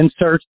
insert